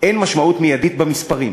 אין משמעות מיידית במספרים,